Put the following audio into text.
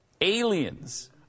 Aliens